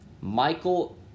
Michael